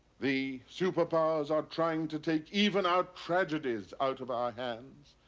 the superpowers are trying to take even our tragedies out of our hands.